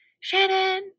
Shannon